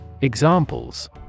Examples